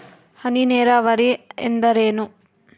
ಹನಿ ನೇರಾವರಿ ಎಂದರೇನು?